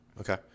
Okay